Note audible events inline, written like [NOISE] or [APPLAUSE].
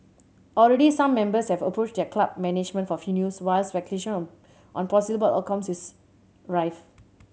already some members have approached their club management for [UNINTELLIGIBLE] news while speculation [UNINTELLIGIBLE] on possible outcomes is rife